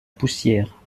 poussière